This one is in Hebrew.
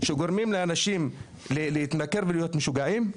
שגורמים לאנשים להתמכר ולהיות משוגעים?